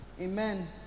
amen